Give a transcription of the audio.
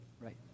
right